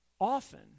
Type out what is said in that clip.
often